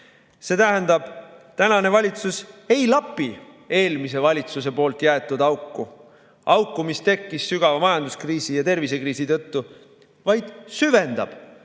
See tähendab, et tänane valitsus ei lapi eelmise valitsuse jäetud auku – auku, mis tekkis sügava majanduskriisi ja tervisekriisi tõttu –, vaid süvendab